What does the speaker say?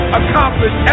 accomplish